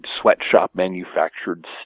sweatshop-manufactured